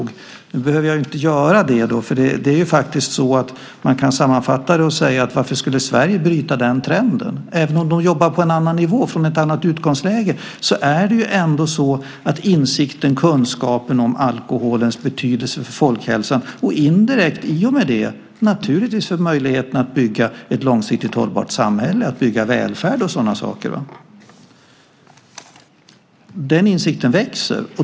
Därför behöver jag inte göra det nu. Man kan sammanfatta det hela och säga: Varför skulle Sverige bryta den trenden? Även om de jobbar på en annan nivå, från ett annat utgångsläge, har de insikt och kunskap om alkoholens betydelse för folkhälsan, och i och med det indirekt naturligtvis om möjligheten att bygga ett långsiktigt hållbart samhälle, att bygga välfärd och sådant. Den insikten växer.